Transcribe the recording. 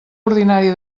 ordinària